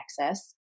access